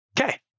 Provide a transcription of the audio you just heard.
Okay